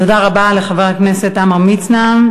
תודה רבה לחבר הכנסת עמרם מצנע.